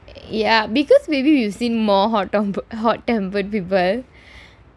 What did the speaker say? ya because maybe you seen more hot hot tempered people